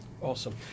Awesome